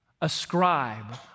ascribe